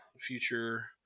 future